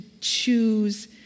choose